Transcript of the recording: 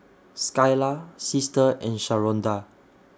Skylar Sister and Sharonda